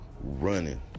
running